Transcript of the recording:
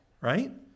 right